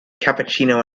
cappuccino